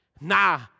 Nah